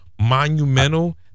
monumental